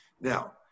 Now